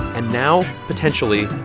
and now, potentially,